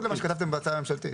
זה מה שכתבתם בנוסח ההצעה הממשלתית